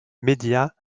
media